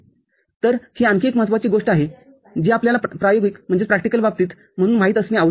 तर ही आणखी एक महत्त्वाची गोष्ट आहे जी आपल्याला प्रायोगिक बाबतीत म्हणून माहित असणे आवश्यक आहे